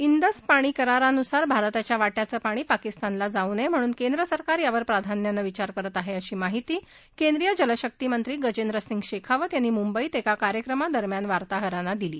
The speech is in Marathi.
इंदस पाणी करारानुसार भारताच्या वाटयाचं पाणी पाकिस्तानला जाऊ नया ङ्हणून केंद्रसरकार यावर प्राधान्यानं विचार करत आहा अशी माहिती केंद्रिय जलशक्ती मंत्री गजेंद्र सिंग शखीवत यांनी मुंबईत एका कार्यक्रमाच्या दरम्यान वार्ताहरांना दिली